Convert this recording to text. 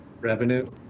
revenue